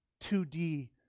2D